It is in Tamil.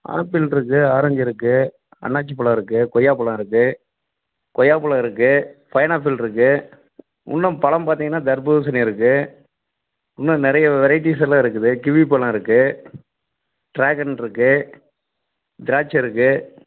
ஆப்பிள் இருக்குது ஆரஞ்ச் இருக்குது அன்னாசி பழம் இருக்குது கொய்யா பழம் இருக்குது கொய்யா பழம் இருக்குது பைனாப்பிள் இருக்குது இன்னும் பழம் பார்த்திங்கனா தர்பூசணி இருக்குது இன்னும் நிறைய வெரைட்டிஸ் எல்லாம் இருக்குது கிவி பழம் இருக்குது ட்ராகன் இருக்கு திராட்சை இருக்குது